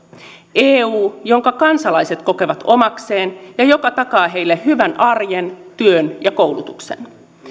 eu jonka kansalaiset kokevat omakseen ja joka takaa heille hyvän arjen työn ja koulutuksen